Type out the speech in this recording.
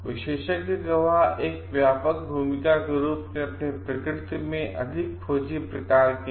विशेषज्ञ गवाह एक व्यापक भूमिका के रूप में अपनी प्रकृति में अधिक खोजी प्रकार के हैं